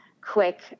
quick